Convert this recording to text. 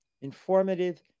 informative